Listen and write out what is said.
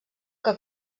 que